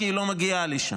כי היא לא מגיעה לשם